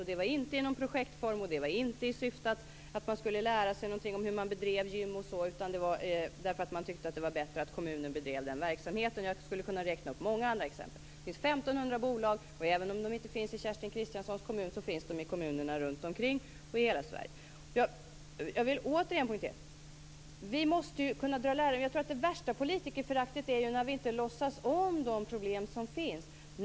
Och det var inte i någon projektform eller i syfte att man skulle lära sig någonting om hur man bedrev gym, utan det var för att man tyckte att det var bättre att kommunen bedrev den verksamheten. Jag skulle kunna räkna upp många andra exempel. Det finns 1 500 bolag, och även om de inte finns i Kerstin Kristianssons kommun så finns de i kommunerna runtomkring och i hela Sverige. Jag vill återigen poängtera att vi måste kunna dra lärdom av det som varit. Jag tror att det värsta politikerföraktet uppstår när vi inte låtsas om de problem som finns.